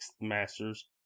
Masters